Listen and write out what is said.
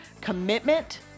commitment